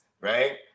right